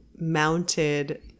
mounted